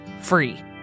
free